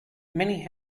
many